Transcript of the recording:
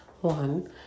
one